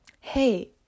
hey